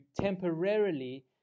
temporarily